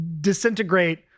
disintegrate